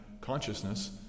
consciousness